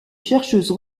chercheuse